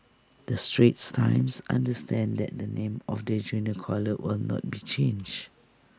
the straits times understands that the name of the junior college will not be changed